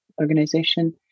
organization